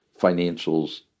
financials